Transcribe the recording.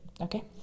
okay